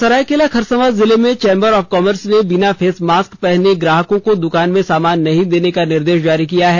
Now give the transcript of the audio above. सरायकेला खरसावां जिले में chamber of commerce ने बिना फेस मास्क पहने ग्राहकों को द्वकानों में समान नहीं देने का निर्देश जारी किया है